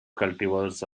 cultivars